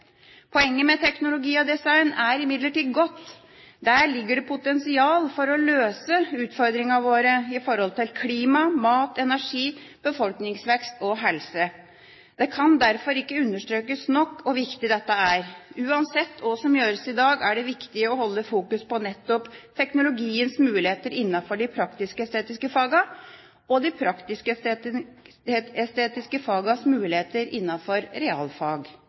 Poenget med teknologi og design er imidlertid godt. Der ligger det potensial for å løse utfordringene våre med tanke på klima, mat, energi, befolkningsvekst og helse. Det kan derfor ikke understrekes nok hvor viktig dette er. Uansett hva som gjøres i dag, er det viktig å holde fokus på nettopp teknologiens muligheter innenfor de praktisk-estetiske fagene og de praktisk-estetiske fagenes muligheter innenfor realfagene. Det vi egentlig sier, er at realfag